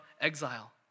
exile